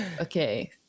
Okay